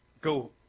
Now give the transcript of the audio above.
go